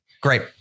Great